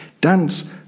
Dance